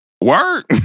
Word